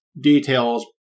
details